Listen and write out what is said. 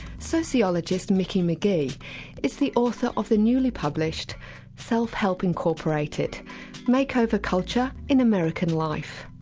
sociologist micki mcgee is the author of the newly published self-help incorporated makeover culture in american life.